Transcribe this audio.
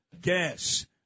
gas